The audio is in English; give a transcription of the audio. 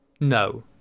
no